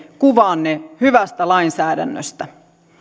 kuvaanne hyvästä lainsäädännöstä